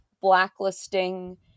blacklisting